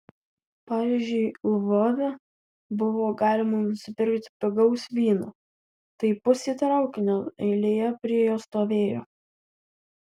pavyzdžiui lvove buvo galima nusipirkti pigaus vyno tai pusė traukinio eilėje prie jo stovėjo